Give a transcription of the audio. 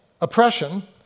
oppression